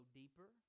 deeper